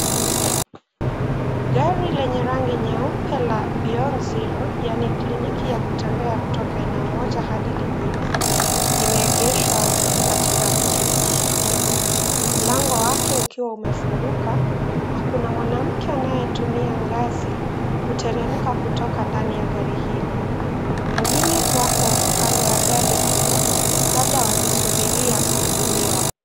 Gari lenye rangi nyeupe la beyond zero yaani kliniki ya kutembea kutoka eneo moja hadi lingine, limeegeshwa katika kijiji hiki. Mlango wake ukiwa umefunguka na kuna mwanamke anayetumia ngazi kuteremka kutoka ndani ya gari hilo. Wengine wapo kando ya gari hilo, labda wakisubiria kuhudumiwa.